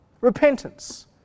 Repentance